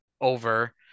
over